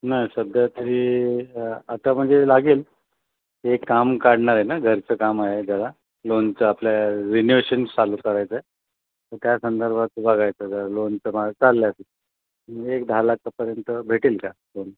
नाही सध्या तरी आता म्हणजे लागेल एक काम काढणार आहे ना घरचं काम आहे जरा लोनचं आपल्या रिन्युवेशन चालू करायचं आहे तर त्या संदर्भात बघायचं जरा लोनचं माझं चाललं आहे एक दहा लाखापर्यंत भेटेल का लोन